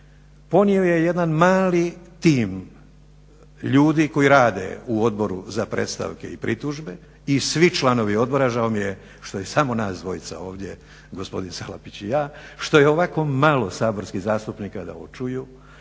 ponio je jedan mali tim ljudi koji rade u Odboru za predstavke i pritužbe i svi članovi odbora, žao mi je što smo samo nas dvojica ovdje, gospodin Salapić i ja, što je ovako malo saborskih zastupnika da ovo čuju,